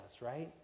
right